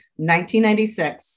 1996